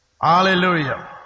Hallelujah